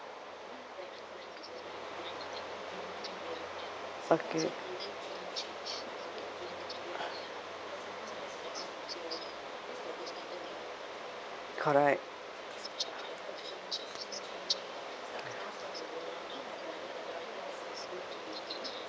okay correct